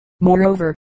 Moreover